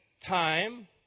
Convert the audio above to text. time